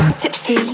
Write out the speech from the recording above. tipsy